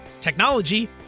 technology